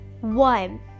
one